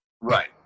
right